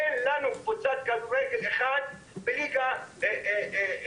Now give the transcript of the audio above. אין לנו קבוצת כדורגל אחת בליגה מתקדמת.